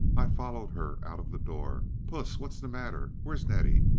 i followed her out of the door. puss! what's the matter? where's nettie?